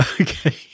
Okay